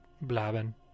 blabbing